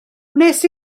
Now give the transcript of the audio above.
wnes